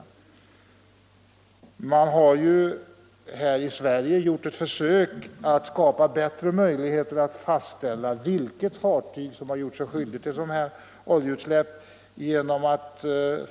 Man har i Sverige gjort ett försök att skapa bättre möjligheter att fastställa vilket fartyg som gjort sig skyldigt till ett aktuellt oljeutsläpp.